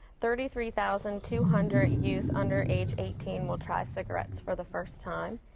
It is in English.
thirty three thousand two hundred youth under age eighteen will try cigarettes for the first time,